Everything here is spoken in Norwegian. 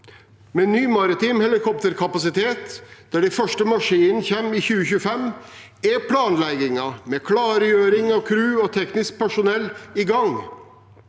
Med ny maritim helikopterkapasitet, der de første maskinene kommer i 2025, er planleggingen i gang – med klargjøring av crew og teknisk personell.